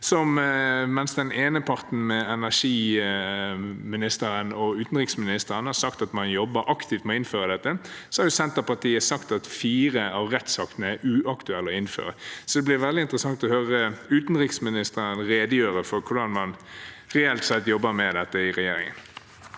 Den ene parten – energiministeren og utenriksministeren – har sagt at man jobber aktivt med å innføre dette. Så har Senterpartiet sagt at fire av rettsaktene er uaktuelle å innføre. Det blir veldig interessant å høre utenriksministeren redegjøre for hvordan man reelt sett jobber med dette i regjeringen.